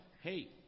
hey